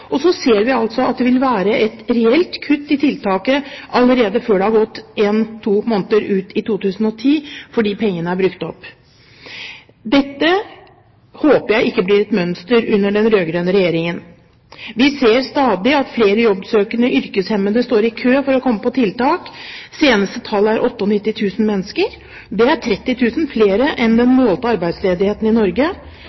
Og så ser vi altså at det vil være et reelt kutt i tiltaket allerede før det har gått en–to måneder ut i 2010, fordi pengene er brukt opp. Dette håper jeg ikke blir et mønster under den rød-grønne regjeringen. Vi ser stadig at flere jobbsøkende yrkeshemmede står i kø for å komme på tiltak – seneste tall er 98 000 mennesker. Det er 30 000 flere enn den